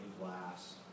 glass